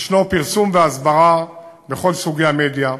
יש פרסום והסברה בכל סוגי המדיה,